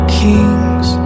kings